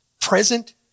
present